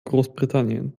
großbritannien